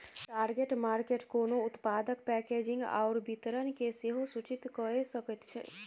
target market कोनो उत्पादक packaging आओर वितरणकेँ सेहो सूचित कए सकैत छै